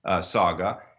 saga